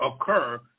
occur